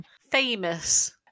Famous